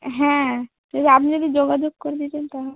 হ্যাঁ ওই আপনি যদি যোগাযোগ করে দিতেন তাহলে